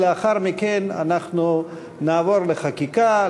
ולאחר מכן אנחנו נעבור לחקיקה,